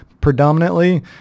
predominantly